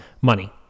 money